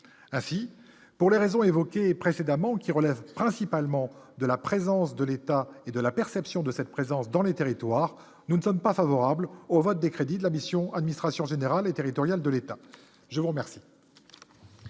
ainsi pour les raisons évoquées précédemment qui relèvent principalement de la présence de l'État et de la perception de cette présence dans les territoires, nous ne sommes pas favorables au vote des crédits de la mission, administration générale et territoriale de l'État, je vous remercie.